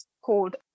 called